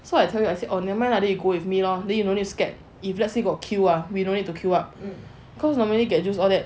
so I tell you I said oh never mind lah then you go with me lah then you no need scared if let's say got queue ah we don't need to queue up cause normally Get Juiced all that